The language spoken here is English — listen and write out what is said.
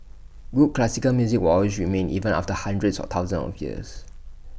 good classical music will always remain even after hundreds or thousands of years